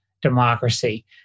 democracy